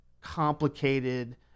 complicated